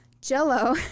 Jell-O